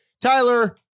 Tyler